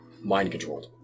mind-controlled